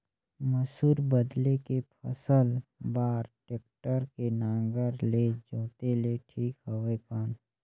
मसूर बदले के फसल बार टेक्टर के नागर ले जोते ले ठीक हवय कौन?